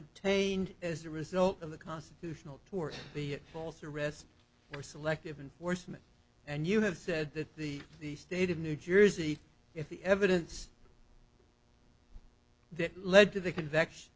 obtained as a result of the constitutional tort the false arrest for selective enforcement and you have said that the the state of new jersey if the evidence that led to the con